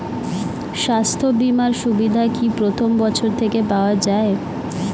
স্বাস্থ্য বীমার সুবিধা কি প্রথম বছর থেকে পাওয়া যায়?